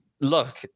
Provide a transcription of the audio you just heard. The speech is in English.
look